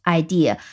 idea